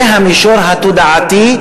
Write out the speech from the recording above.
זה המישור התודעתי,